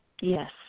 Yes